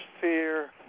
fear